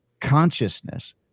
consciousness